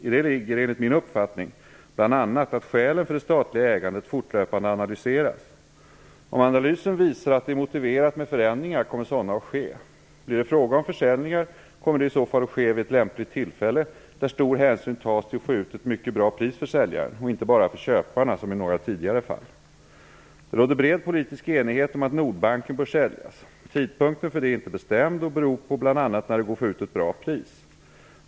I detta ligger enligt min uppfattning bl.a. att skälen för det statliga ägandet fortlöpande analyseras. Om analysen visar att det är motiverat med förändringar. kommer sådana att ske. Blir det fråga om försäljningar, kommer det i så fall att ske vid ett lämpligt tillfälle där stor hänsyn tas till att få ut ett mycket bra pris för säljaren - och inte bara för köparna, som i några tidigare fall. Det råder bred politisk enighet om att Nordbanken bör säljas. Tidpunkten för detta är inte bestämd och beror bl.a. på när det går att få ut ett bra pris.